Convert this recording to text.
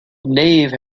nave